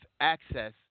access